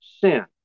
sin